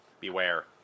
beware